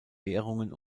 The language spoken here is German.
währungen